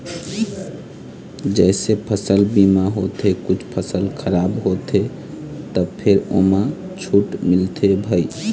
जइसे फसल बीमा होथे कुछ फसल खराब होथे त फेर ओमा छूट मिलथे भई